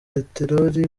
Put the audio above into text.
petelori